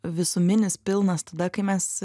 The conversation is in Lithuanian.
visuminis pilnas tada kai mes